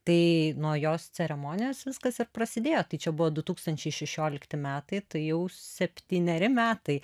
tai nuo jos ceremonijos viskas ir prasidėjo tai čia buvo du tūkstančiai šešiolikti metai tai jau septyneri metai